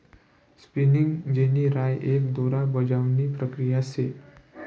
spinning जेनी राय एक दोरा बजावणी प्रक्रिया शे